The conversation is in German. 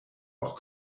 auch